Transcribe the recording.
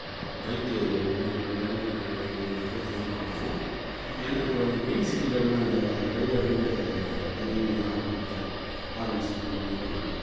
bike வந்து நம்ம நடுரோட்டுலலாம் பார்ப்போம் இப்போ ஏன்னா இப்போது அந்த மெயின் சிட்டியிலல்லாம் அந்த ரைடருன்ட்டு தனியாகவே இதை ஆரம்மிச்சே ஆர்கனைஸிங் பண்ணி இது பண்ணுறாங்க